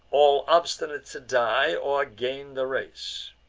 all obstinate to die, or gain the race.